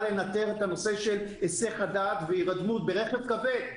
לנטר את הנושא של היסח הדעת והירדמות ברכב כבד,